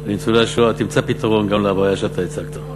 שקלים לניצולי השואה תמצא פתרון גם לבעיה שאתה הצגת.